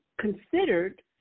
considered